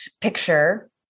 picture